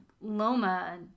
Loma